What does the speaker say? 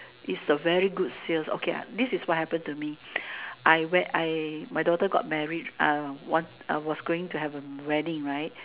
is a very good sale okay this is what happen to me I I my daughter got married was going to have a wedding right